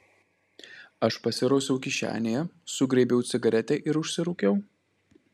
aš pasirausiau kišenėje sugraibiau cigaretę ir užsirūkiau